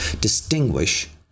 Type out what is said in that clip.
distinguish